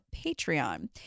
Patreon